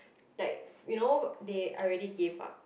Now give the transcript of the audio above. like you know they already gave up